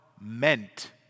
meant